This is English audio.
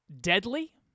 deadly